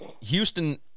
Houston